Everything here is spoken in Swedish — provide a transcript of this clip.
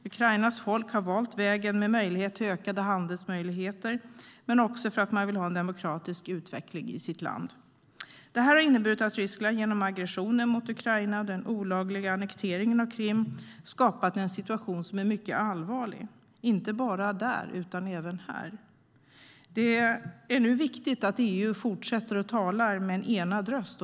Ukrainas folk har valt vägen med möjlighet till ökad handel. Det har man också gjort för att man vill ha en demokratisk utveckling i sitt land. Det här har inneburit att Ryssland genom aggressionen mot Ukraina och den olagliga annekteringen av Krim skapat en situation som är mycket allvarlig, inte bara där utan även här. Det är nu viktigt att EU fortsätter att tala med en enad röst.